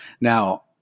Now